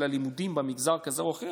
הלימודים במגזר כזה או אחר,